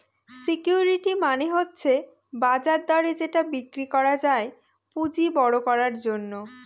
security মানে হচ্ছে বাজার দরে যেটা বিক্রি করা যায় পুঁজি বড়ো করার জন্য